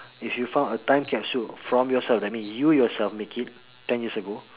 if you found a time capsule from yourself which means you yourself make it ten years ago